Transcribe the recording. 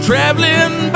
Traveling